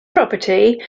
property